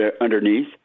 underneath